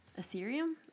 Ethereum